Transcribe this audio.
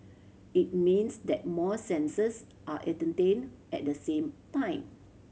it means that more senses are entertained at the same time